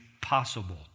possible